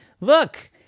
look